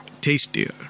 tastier